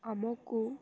ଆମକୁ